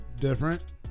different